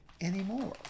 anymore